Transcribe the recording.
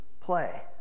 play